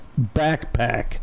backpack